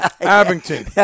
Abington